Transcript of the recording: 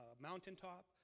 mountaintop